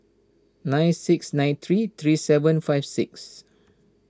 nine six nine three three seven five six